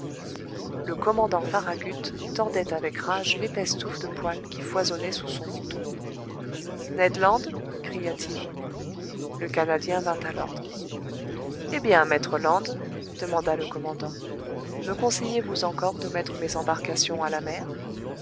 le commandant farragut tordait avec rage l'épaisse touffe de poils qui foisonnait sous son menton ned land cria-t-il le canadien vint à l'ordre eh bien maître land demanda le commandant me conseillez-vous encore de mettre mes embarcations à la mer